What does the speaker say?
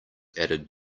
added